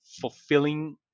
fulfilling